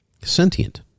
sentient